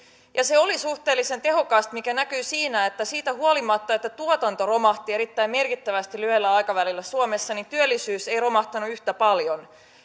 ja se oli suhteellisen tehokasta mikä näkyi siinä että siitä huolimatta että tuotanto romahti erittäin merkittävästi lyhyellä aikavälillä suomessa työllisyys ei romahtanut yhtä paljon